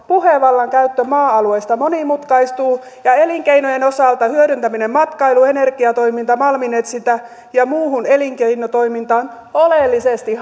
puhevallan käyttö maa alueista monimutkaistuu ja elinkeinojen osalta hyödyntäminen matkailuun energiatoimintaan malminetsintään ja muuhun elinkeinotoimintaan oleellisesti